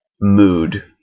mood